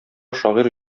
шагыйрь